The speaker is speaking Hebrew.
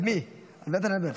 על מי אתה מדבר?